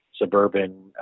suburban